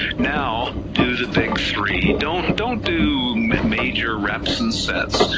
now do the big three, don't don't do major reps and sets,